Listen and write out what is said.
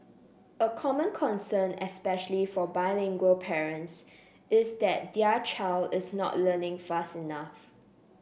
a common concern especially for bilingual parents is that their child is not learning fast enough